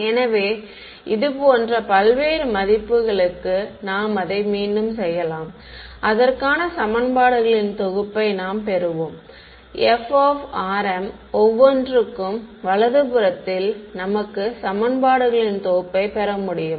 எனவே இது போன்ற பல்வேறு மதிப்புகளுக்கு நாம் அதை மீண்டும் செய்யலாம் அதற்கான சமன்பாடுகளின் தொகுப்பைப் நாம் பெறுவோம் f ஒவ்வொன்றுக்கும் வலது புறத்தில் நமக்கு சமன்பாடுகளின் தொகுப்பை பெற முடியும்